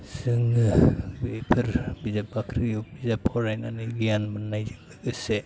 जोङो बेफोर बिजाब बाख्रियाव बिजाब फरायनानै गियान मोननायजों लोगोसे